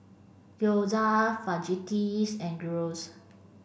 Gyoza Fajitas and Gyros